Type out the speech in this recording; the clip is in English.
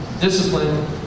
discipline